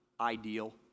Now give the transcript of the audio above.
ideal